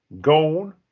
Gone